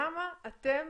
למה אתם